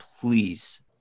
please